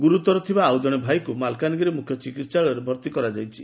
ଗୁରୁତର ଥିବା ଆଉ ଜଶେ ଭାଇକୁ ମାଲକାନଗିରି ମୁଖ୍ୟ ଚିକିହାଳାୟରେ ଭର୍ତ୍ତି କରାଯାଇଛି